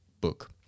book